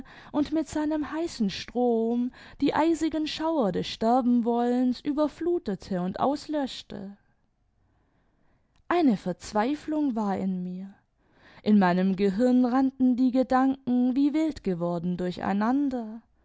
und mit seinem heißi strom die eisigen schauer des sterbenwouens überflutete und auslöschte eine verzweiflung war in mir in meinem gehirn rannten die gedanken wie wild geworden